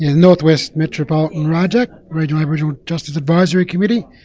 north west metropolitan rajac, regional aboriginal justice advisory committee,